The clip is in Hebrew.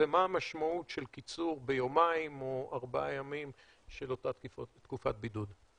ומה המשמעות של קיצור ביומיים או ארבעה ימים של אותה תקופת בידוד?